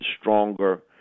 stronger